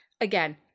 Again